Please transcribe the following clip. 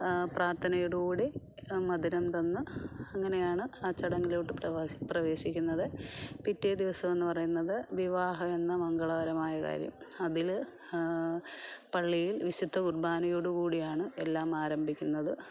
പ്രാർത്ഥനയോടുകൂടി മധുരം തന്ന് അങ്ങനെയാണ് ആ ചടങ്ങിലോട്ട് പ്രവാശി പ്രവേശിക്കുന്നത് പിറ്റേ ദിവസമെന്ന് പറയുന്നത് വിവാഹമെന്ന മംഗളകരമായ കാര്യം അതില് പള്ളിയിൽ വിശുദ്ധ കുർബാനയോടുകൂടിയാണ് എല്ലാം ആരംഭിക്കുന്നത്